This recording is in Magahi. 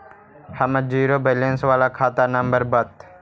हमर जिरो वैलेनश बाला खाता नम्बर बत?